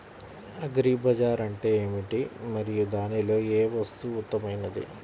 Agri Bazar అంటే ఏమిటి మరియు దానిలో ఏ వస్తువు ఉత్తమమైనది?